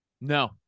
no